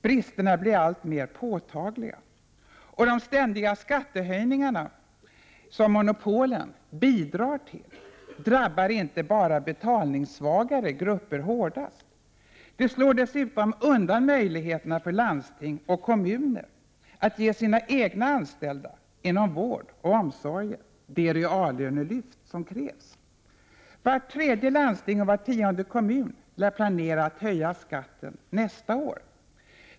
Bristerna blir alltmer påtagliga, och de ständiga skattehöjningar som monopolen bidrar till drabbar inte bara betalningssvaga grupper hårdast. De slår dessutom undan möjligheterna för landsting och kommuner att ge sina egna anställda inom vård och omsorger de reallönelyft som krävs. Vart tredje landsting och var tionde kommun lär planera att höja skatten nästa år.